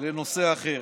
לנושא אחר,